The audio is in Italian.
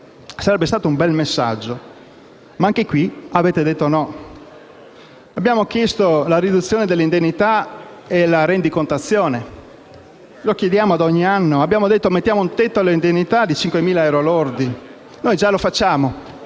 Sarebbe stato un bel messaggio, ma anche in questo caso avete detto «no». Abbiamo chiesto la riduzione dell'indennità e la rendicontazione, lo chiediamo ogni anno. Abbiamo proposto di mettere un tetto all'indennità di 5.000 euro lordi: noi già lo facciamo,